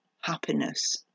happiness